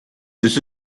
this